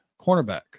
cornerback